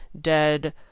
dead